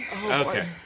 Okay